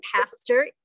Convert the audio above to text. pastor